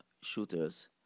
shooters